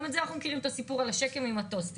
אנחנו מכירים גם את הסיפור עם השקם ועם הטוסטים.